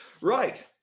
Right